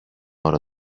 ώρα